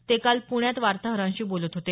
ते काल पुण्यात वार्ताहरांशी बोलत होते